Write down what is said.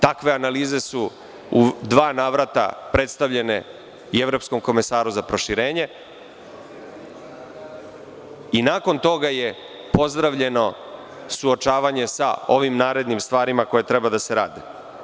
Takve analize su u dva navrata predstavljene i evropskom komesaru za proširenje i nakon toga je pozdravljeno suočavanje sa ovim narednim stvarima koje treba da se rade.